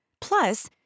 Plus